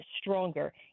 stronger